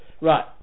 right